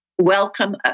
welcome